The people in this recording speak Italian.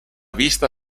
vista